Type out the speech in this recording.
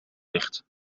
ligt